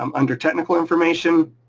um under technical information,